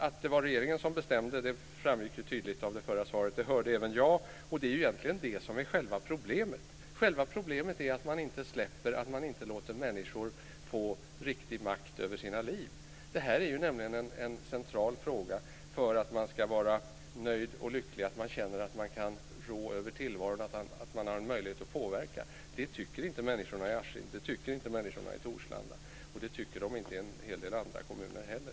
Att det var regeringen som bestämde framgick tydligt av det förra svaret, det hörde även jag. Det är egentligen det som är själva problemet. Själva problemet är att man inte släpper, att man inte låter människor få riktig makt över sina liv. Det här är nämligen en central fråga för att man ska vara nöjd och lycklig, att man ska kunna känna att man kan rå över tillvaron och få möjlighet att påverka. Det tycker inte människorna i Askim, det tycker inte människorna i Torslanda och det tycker de inte i en hel del andra kommuner heller.